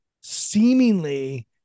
seemingly